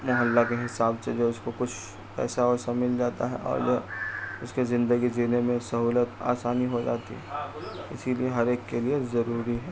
محلہ کے حساب سے جو اس کو کچھ پیسہ ویسہ مل جاتا ہے اور جو اس کے زندگی جینے میں سہولت آسانی ہو جاتی ہے اسی لیے ہر ایک کے لیے ضروری ہے